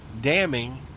damning